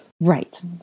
right